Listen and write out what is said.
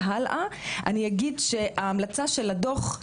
אני אגיד שההמלצה של הדוח.